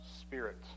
Spirit